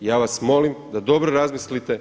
I ja vas molim da dobro razmislite.